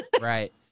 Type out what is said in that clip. Right